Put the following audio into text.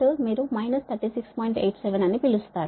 87 అని పిలుస్తారు